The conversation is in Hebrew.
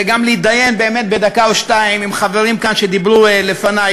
וגם להתדיין באמת בדקה או שתיים עם חברים שדיברו כאן לפני,